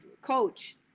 coach